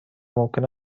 ممکن